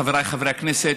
חבריי חברי הכנסת,